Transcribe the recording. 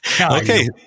Okay